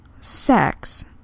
sex